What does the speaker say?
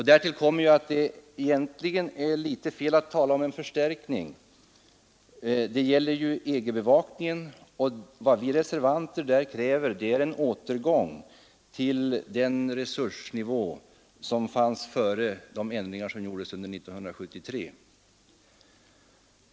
Därtill kommer att det egentligen är fel att tala om en förstärkning. Här gäller det ju EG-bevakningen, och vad vi reservanter kräver är en återgång till den resursnivå som fanns före de ändringar som gjordes under 1973.